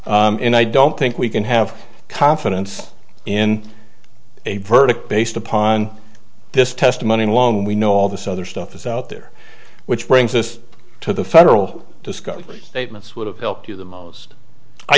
leo and i don't think we can have confidence in a verdict based upon this testimony long we know all this other stuff is out there which brings us to the federal discovery statements would have helped you the most i